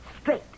Straight